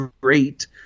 great